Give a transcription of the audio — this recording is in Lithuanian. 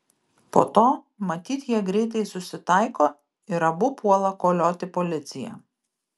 po to matyt jie greitai susitaiko ir abu puola kolioti policiją